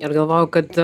ir galvojau kad